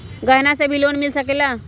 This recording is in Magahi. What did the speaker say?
गहना से भी लोने मिल सकेला?